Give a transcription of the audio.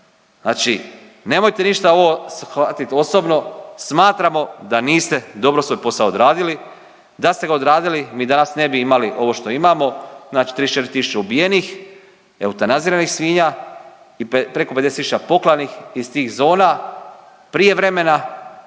Znači nemojte ništa ovo shvatiti osobno, smatramo da niste dobro svoj posao odradili, da ste ga odradili, mi danas ne bi imali ovo što imamo, znači 34 tisuće ubijenih, eutanaziranih svinja i preko 50 tisuća poklanih ih tih zona prije vremena,